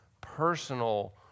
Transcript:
personal